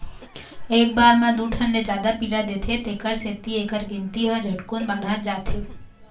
एक बार म दू ठन ले जादा पिला देथे तेखर सेती एखर गिनती ह झटकुन बाढ़त जाथे